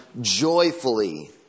joyfully